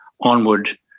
onward